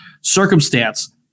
circumstance